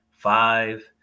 Five